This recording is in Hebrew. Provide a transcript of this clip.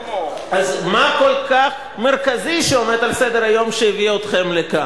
אז מה כל כך מרכזי שעומד על סדר-היום שהביא אתכם לכאן?